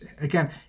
again